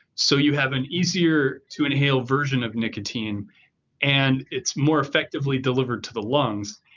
so you have an easier to inhale version of nicotine and it's more effectively delivered to the lungs.